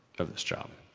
of this job.